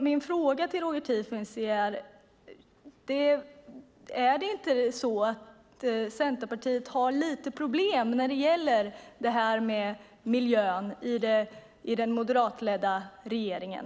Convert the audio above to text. Min fråga till Roger Tiefensee är: Är det inte så att Centerpartiet har lite problem i den moderatledda regeringen när det gäller miljön?